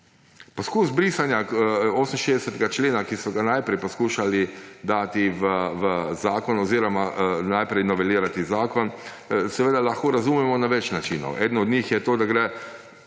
Poskus črtanja 68. člena, ki so ga najprej poskušali dati v zakon oziroma najprej novelirati zakon, seveda lahko razumemo na več načinov. Eden je, da gre